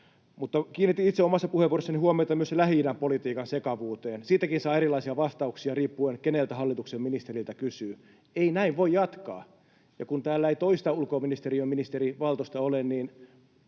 pois. Kiinnitin itse omassa puheenvuorossani huomiota myös Lähi-idän-politiikan sekavuuteen. Siitäkin saa erilaisia vastauksia, riippuen keneltä hallituksen ministeriltä kysyy. Ei näin voi jatkaa, ja kun täällä ei toista ulkoministeriön ministeriä, Valtosta, ole, niin